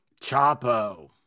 Chapo